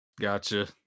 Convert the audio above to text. Gotcha